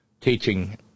teaching